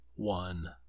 one